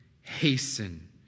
hasten